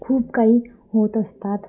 खूप काही होत असतात